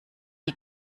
die